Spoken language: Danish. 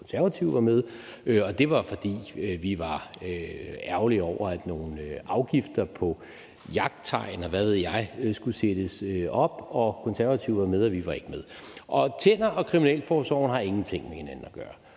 Konservative var med, og det var, fordi vi var ærgerlige over, at nogle afgifter på jagttegn, og hvad ved jeg, skulle sættes op. Konservative var med, og vi var ikke med. Tænder og kriminalforsorgen har ingenting med hinanden og gøre.